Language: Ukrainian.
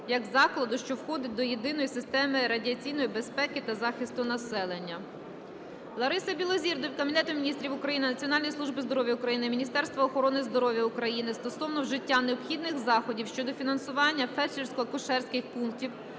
як закладу, що входить до єдиної системи радіаційної безпеки та захисту населення. Лариси Білозір до Кабінету Міністрів України, Національної служби здоров'я України, Міністерства охорони здоров'я України стосовно вжиття необхідних заходів щодо фінансування фельдшерсько-акушерських пунктів